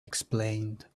explained